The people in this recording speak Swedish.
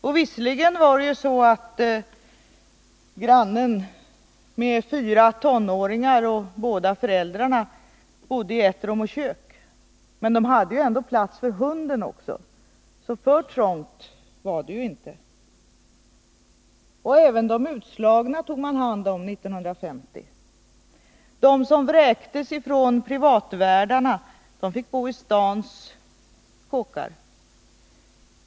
Och visserligen var det så att grannen med fyra tonåringar och båda föräldrarna bodde i ett rum och kök, men man hade ju också plats för hunden, så för trångt var det ju inte. Och även de utslagna tog man hand om 1950. De som vräktes ifrån privatvärdarna fick bo i stans kåkar.